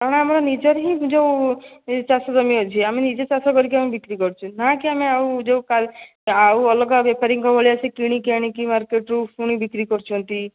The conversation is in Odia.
କାରଣ ଆମର ନିଜର ହିଁ ଯେଉଁ ଚାଷ ଜମି ଅଛି ଆମେ ନିଜେ ଚାଷ କରିକି ବିକ୍ରି କରୁଛୁ ନାକି ଆମେ ଆଉ ଯେଉଁ ଆଉ ଅଲଗା ବେପାରୀଙ୍କ ଭଳିଆ ସେ କିଣିକି ଆଣିକି ମାର୍କେଟ୍ରୁ ପୁଣି ବିକ୍ରି କରୁଛନ୍ତି